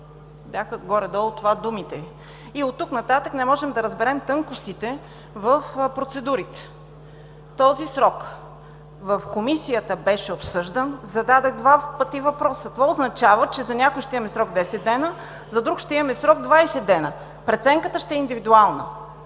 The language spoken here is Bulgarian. и от тук нататък не можем да разберем тънкостите в процедурите. Този срок в Комисията беше обсъждан. Зададох два пъти въпроса – това означава, че за някои ще има срок десет дни, за друг ще имаме срок двадесет дни. Преценката ще е индивидуална.